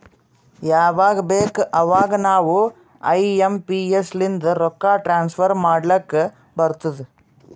ಯವಾಗ್ ಬೇಕ್ ಅವಾಗ ನಾವ್ ಐ ಎಂ ಪಿ ಎಸ್ ಲಿಂದ ರೊಕ್ಕಾ ಟ್ರಾನ್ಸಫರ್ ಮಾಡ್ಲಾಕ್ ಬರ್ತುದ್